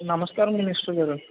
నమస్కారం మినిస్టర్ గారు